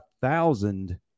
thousand